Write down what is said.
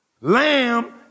Lamb